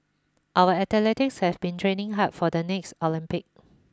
our athletes have been training hard for the next Olympic